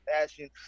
fashion